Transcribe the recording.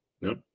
No